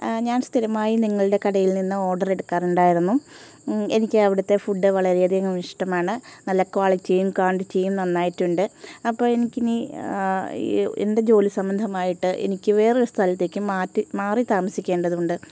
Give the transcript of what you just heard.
ഞാൻ സ്ഥിരമായി നിങ്ങളുടെ കടയിൽനിന്ന് ഓർഡർ എടുക്കാറുണ്ടായിരുന്നു എനിക്ക് അവിടുത്തെ ഫുഡ് വളരെയധികം ഇഷ്ടമാണ് നല്ല ക്വാളിറ്റിയും ക്വാണ്ടിറ്റിയും നന്നായിട്ടുണ്ട് അപ്പോൾ എനിക്കിനി എൻ്റെ ജോലിസംബന്ധമായിട്ട് എനിക്ക് വേറൊരു സ്ഥലത്തേക്ക് മാറ്റി മാറി താമസിക്കേണ്ടതുണ്ട്